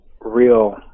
real